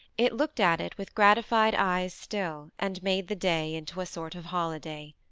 it looked at it with gratified eyes still, and made the day into a sort of holiday.